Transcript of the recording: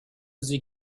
sie